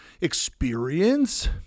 experience